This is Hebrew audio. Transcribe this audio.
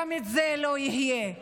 גם זה לא יהיה.